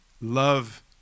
Love